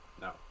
No